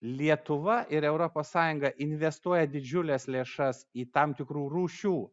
lietuva ir europos sąjunga investuoja didžiules lėšas į tam tikrų rūšių